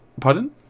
pardon